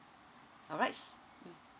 alright